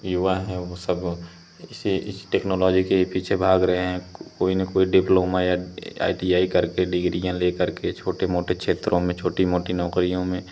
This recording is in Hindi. युवा हैं वे सब इसी इसी टेक्नॉलोजी के ही पीछे भाग रहे हैं कोई ना कोई डिप्लोमा या आई टी आई करके डिग्रीयाँ लेकर के छोटे मोटे क्षेत्रों में छोटी मोटी नौकरियों में